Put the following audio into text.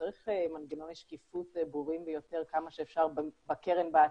צריך מנגנוני שקיפות ברורים ביותר כמה שאפשר בקרן בעתיד,